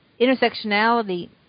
intersectionality